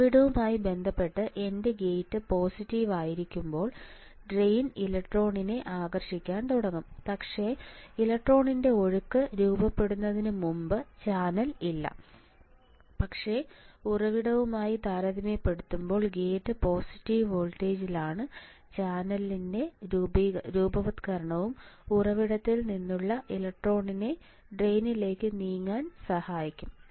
ഉറവിടവുമായി ബന്ധപ്പെട്ട് എന്റെ ഗേറ്റ് പോസിറ്റീവ് ആയിരിക്കുമ്പോൾ ഡ്രെയിൻ ഇലക്ട്രോണിനെ ആകർഷിക്കാൻ തുടങ്ങും പക്ഷേ ഇലക്ട്രോണിന്റെ ഒഴുക്ക് രൂപപ്പെടുന്നതിന് മുമ്പ് ചാനലില്ല പക്ഷേ ഉറവിടവുമായി താരതമ്യപ്പെടുത്തുമ്പോൾ ഗേറ്റ് പോസിറ്റീവ് വോൾട്ടേജിലാണ് ചാനലിന്റെ രൂപവത്കരണവും ഉറവിടത്തിൽ നിന്നുള്ള ഇലക്ട്രോണിനെ ഡ്രെയിനിലേക്ക് നീങ്ങാൻ സഹായിക്കും